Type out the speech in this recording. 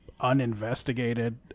uninvestigated